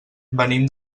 venim